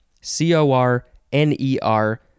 C-O-R-N-E-R